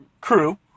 crew